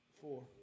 Four